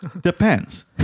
Depends